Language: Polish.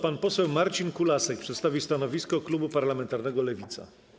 Pan poseł Marcin Kulasek przedstawi stanowisko klubu parlamentarnego Lewica.